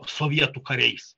sovietų kariais